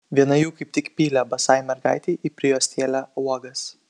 viena jų kaip tik pylė basai mergaitei į prijuostėlę uogas